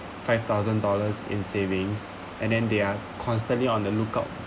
five thousand dollars in savings and then they are constantly on the lookout